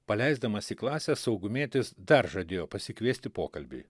paleisdamas į klasę saugumietis dar žadėjo pasikviesti pokalbiui